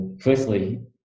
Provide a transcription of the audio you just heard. firstly